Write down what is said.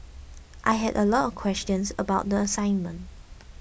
I had a lot of questions about the assignment